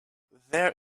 there